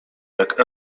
jak